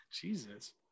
Jesus